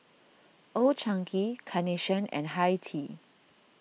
Old Chang Kee Carnation and Hi Tea